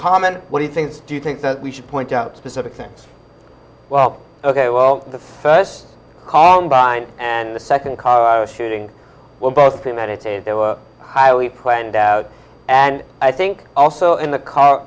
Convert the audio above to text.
common what he thinks do you think that we should point out specific things well ok well the first columbine and the second shooting well both premeditated they were highly planned out and i think also in the car